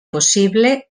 possible